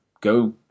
go